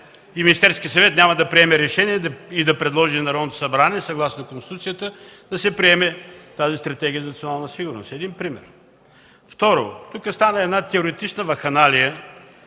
и Министерският съвет няма да приеме решение и да предложи на Народното събрание, съгласно Конституцията, да се приеме тази Стратегия за национална сигурност. Това е един пример. Второ, тук стана една теоретична вакханалия.